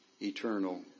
eternal